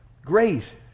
Grace